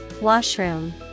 Washroom